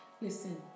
Listen